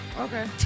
Okay